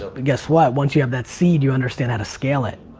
so but guess what? once you have that seed, you understand how to scale it.